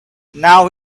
now